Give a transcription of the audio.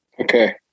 Okay